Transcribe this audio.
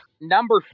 Number